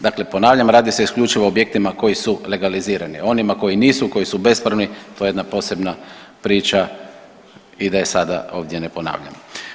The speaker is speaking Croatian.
Dakle, ponavljam radi se isključivo o objektima koji su legalizirani, o onima koji nisu koji su bespravni to je jedna posebna priča i da je sada ovdje ne ponavljam.